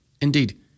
Indeed